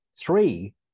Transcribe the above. three